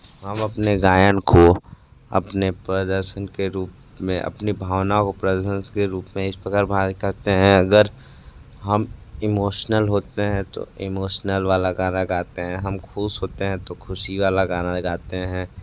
हम अपने गायन को अपने प्रदर्शन के रूप में अपनी भावनाओं प्रदर्शन के रूप में इस प्रकार बाहर करते हैं अगर हम इमोशनल होते हैं तो इमोशनल वाला गाना गाते हैं हम खुश होते हैं तो खुशी वाला गाना गाते हैं